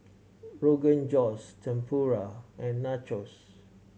Rogan Josh Tempura and Nachos